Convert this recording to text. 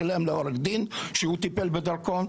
שילם לעורך דין שהוא טיפל בדרכון,